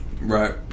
right